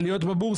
יש עליות בבורסה.